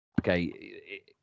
Okay